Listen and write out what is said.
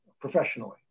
professionally